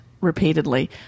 repeatedly